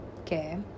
Okay